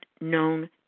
known